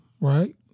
Right